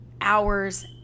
hours